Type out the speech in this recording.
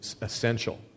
essential